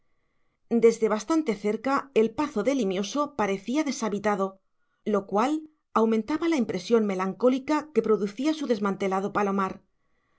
desde bastante cerca el pazo de limioso parecía deshabitado lo cual aumentaba la impresión melancólica que producía su desmantelado palomar